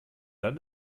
dann